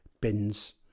bins